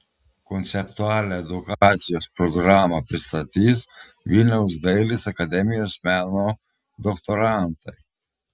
konceptualią edukacijos programą pristatys vilniaus dailės akademijos meno doktorantai